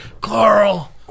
carl